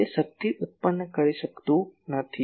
તે શક્તિ ઉત્પન્ન કરી શકતો નથી